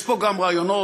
יש פה גם רעיונות,